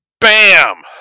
Bam